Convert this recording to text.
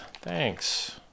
Thanks